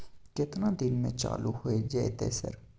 केतना दिन में चालू होय जेतै सर?